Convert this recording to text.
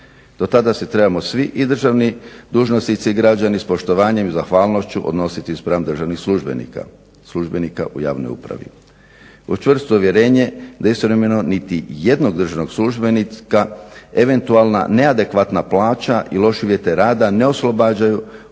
Do tada se trebamo svi i državni dužnosnici i građani s poštovanjem i zahvalnošću odnositi spram državnih službenika, službenika u javnoj upravi, uz čvrsto uvjerenje da istovremeno niti jednog državnog službenika eventualna neadekvatna plaća i loši uvjeti rada ne oslobađaju od